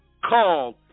called